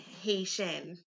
Haitian